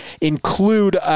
include